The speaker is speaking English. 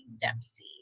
Dempsey